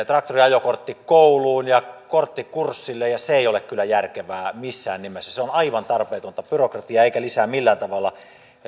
traktoriajokorttikouluun ja korttikurssille ja se ei ole kyllä järkevää missään nimessä se on aivan tarpeetonta byrokratiaa eikä lisää millään tavalla